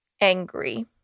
angry